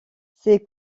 ses